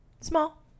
Small